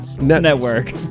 Network